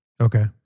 okay